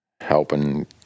helping